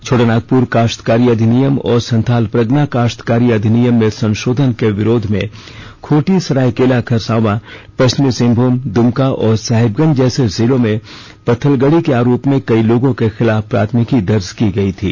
छोटानागपुर काश्तकारी अधिनियम और संथालपरगना काश्तकारी अधिनियम में संशोधन के विरोध में खूंटी सरायकेला खरसांवापश्चिमी सिंहभूम द्मका और साहिबगंज जैसे जिलों में पत्थलगड़ी के आरोप में कई लोगों के खिलाफ प्राथमिकी दर्ज की गई थी